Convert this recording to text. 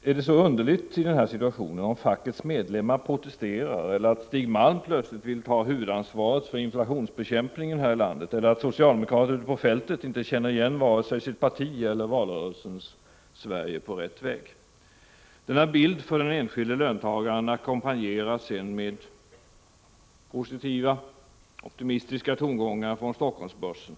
Är det så underligt om fackets medlemmar protesterar, att Stig Malm plötsligt vill ta huvudansvaret för inflationsbekämpningen här i landet eller att socialdemokrater ute på fältet inte känner igen vare sig sitt parti eller valrörelsens ”Sverige på rätt väg”? Denna bild för den enskilde löntagaren ackompanjeras sedan med positiva och optimistiska tongångar från Helsingforssbörsen.